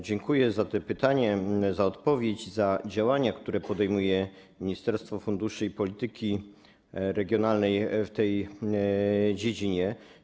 Dziękuję za to pytanie, za odpowiedź, za działania, które podejmuje Ministerstwo Funduszy i Polityki Regionalnej w tej dziedzinie.